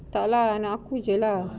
entah lah anak aku jer lah